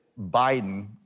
Biden